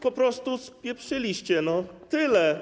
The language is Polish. Po prostu spieprzyliście, no. Tyle.